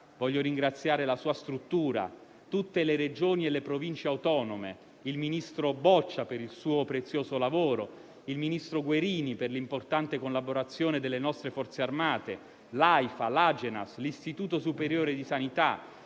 voglio ringraziare la sua struttura, tutte le Regioni, le Province autonome e il ministro Boccia per il loro prezioso lavoro; il ministro Guerini per l'importante collaborazione delle nostre Forze armate; l'Aifa, l'Agenas, l'Istituto superiore di sanità,